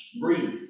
Breathe